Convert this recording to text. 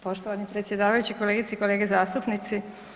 Poštovani predsjedavajući, kolegice i kolege zastupnici.